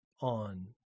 on